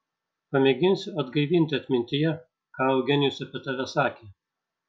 pamėginsiu atgaivinti atmintyje ką eugenijus apie tave sakė